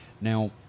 Now